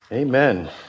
Amen